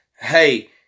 Hey